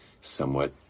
somewhat